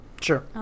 Sure